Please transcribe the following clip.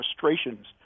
frustrations